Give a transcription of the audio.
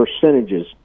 percentages